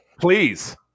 Please